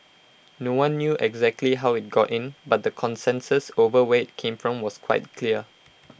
no one knew exactly how IT got in but the consensus over where IT came from was quite clear